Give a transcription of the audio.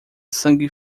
sangue